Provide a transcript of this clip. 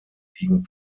liegen